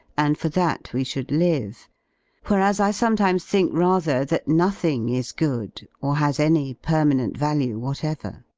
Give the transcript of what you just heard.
and for that we should live whereas i sometimes think rather that nothing is good or has any permanent value whatever.